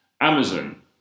Amazon